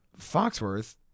foxworth